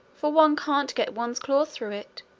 for one can't get one's claws through it.